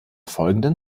folgenden